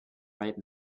bright